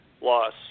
loss